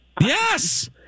Yes